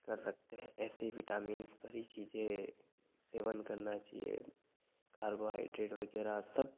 कर सकते हैं ऐसी विटामिन्स भरी चीजें सेवन करना चाहिए कार्बोहाइड्रेड वगैरह सब